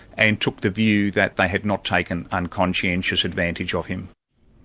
and took the view that they had not taken unconscientious advantage of him.